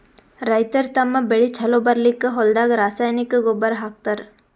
ರೈತರ್ ತಮ್ಮ್ ಬೆಳಿ ಛಲೋ ಬೆಳಿಲಿಕ್ಕ್ ಹೊಲ್ದಾಗ ರಾಸಾಯನಿಕ್ ಗೊಬ್ಬರ್ ಹಾಕ್ತಾರ್